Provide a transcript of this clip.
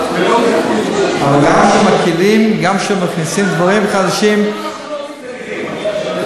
גם כשמכניסים דברים חדשים, לא מתנגדים, אני